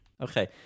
Okay